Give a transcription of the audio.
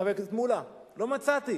חבר הכנסת מולה, לא מצאתי.